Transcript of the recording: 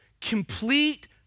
complete